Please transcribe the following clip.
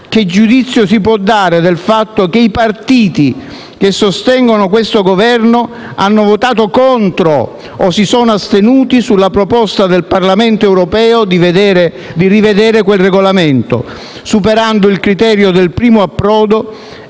che giudizio si può dare del fatto che i partiti che sostengono questo Governo hanno votato contro o si sono astenuti sulla proposta del Parlamento europeo di rivedere quel regolamento, superando il criterio del primo approdo